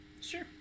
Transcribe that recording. Sure